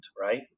right